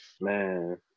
man